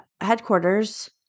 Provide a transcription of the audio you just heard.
headquarters